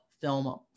Film